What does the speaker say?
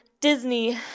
Disney